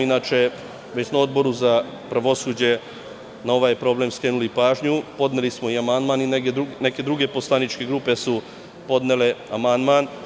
Inače, već smo na Odboru za pravosuđe na ovaj problem skrenuli pažnju, podneli smo i amandman i neke druge poslaničke grupe su podnele amandman.